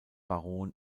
baron